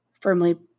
Firmly